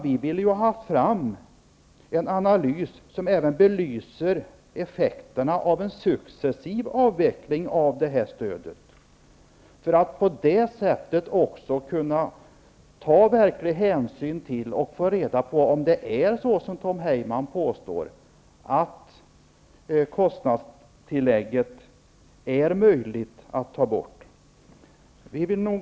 Vi vill få till stånd en analys som även belyser effekterna av en successiv avveckling av det här stödet. På det sättet kan vi få reda på om det, som Tom Heyman påstår, verkligen är möjligt att ta bort kostnadstillägget.